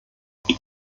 was